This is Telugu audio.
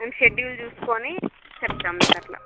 ముందు షెడ్యూల్ చూసుకుని చెప్తాము మీకు అట్ల